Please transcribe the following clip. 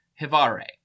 Hivare